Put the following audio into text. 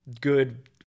good